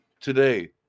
today